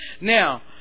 Now